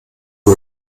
wir